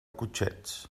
cotxets